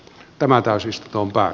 tämä etäisyys tuomita